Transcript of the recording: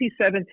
2017